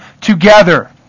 together